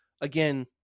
again